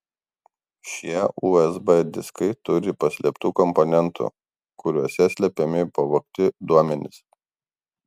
šie usb diskai turi paslėptų komponentų kuriuose slepiami pavogti duomenys